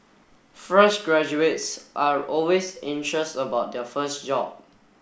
fresh graduates are always anxious about their first job